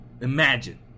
Imagine